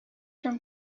from